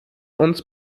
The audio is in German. uns